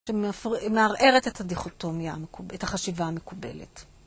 שמערערת את הדיכוטומיה, את החשיבה המקובלת.